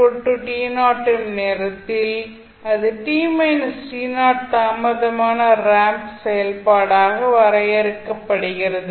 எனும் நேரத்தில் அது தாமதமான ரேம்ப் செயல்பாடாக வரையறுக்கப்படுகிறது